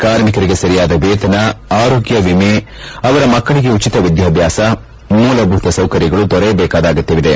ಕಾರ್ಮಿರಿಗೆ ಸರಿಯಾದ ವೇತನ ಆರೋಗ್ಡ ವಿಮೆ ಅವರ ಮಕ್ಕಳಿಗೆ ಉಚಿತ ವಿದ್ಯಾಭ್ಯಾಸ ಮೂಲಭೂತ ಸೌಕರ್ಯಗಳು ದೊರೆಯಬೇಕಾದ ಅಗತ್ಯವಿದೆ